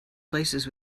places